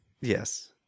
Yes